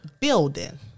building